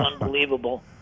unbelievable